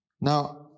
Now